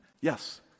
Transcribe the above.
Yes